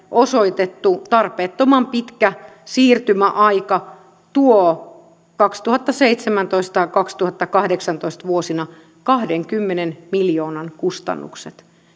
osoitettu tarpeettoman pitkä siirtymäaika vuosina kaksituhattaseitsemäntoista viiva kaksituhattakahdeksantoista tuo kahdenkymmenen miljoonan kustannukset